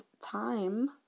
time